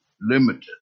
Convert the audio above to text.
limited